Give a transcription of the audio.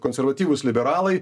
konservatyvūs liberalai